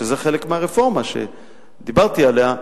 שזה חלק מהרפורמה שדיברתי עליה,